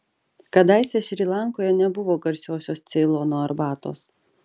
kadaise šri lankoje nebuvo garsiosios ceilono arbatos